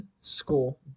school